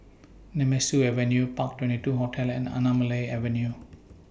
Nemesu Avenue Park twenty two Hotel and Anamalai Avenue